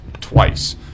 twice